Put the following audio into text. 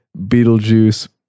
Beetlejuice